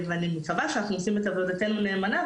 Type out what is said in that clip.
ואני מקווה שאנחנו עושים את עבודתנו נאמנה,